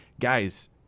Guys